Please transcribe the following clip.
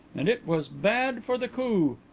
and it was bad for the coo